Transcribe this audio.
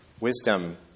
wisdom